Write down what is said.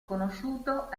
sconosciuto